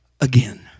again